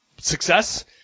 success